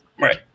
Right